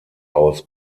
aus